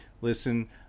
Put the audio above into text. listen